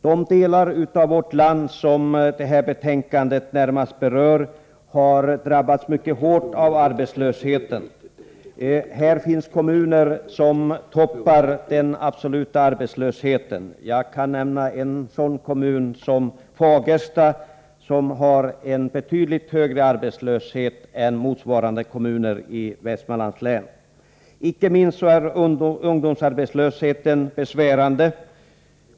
De delar av vårt land som detta betänkande berör har drabbats mycket hårt av arbetslösheten. Här finns kommuner som toppar arbetslöshetsstatistiken. Jag kan nämna en sådan kommun som Fagersta, som har en betydligt högre arbetslöshet än motsvarande kommuner i Västmanlands län. Icke minst är ungdomsarbetslösheten besvärande.